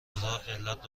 خداعلت